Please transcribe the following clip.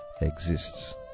exists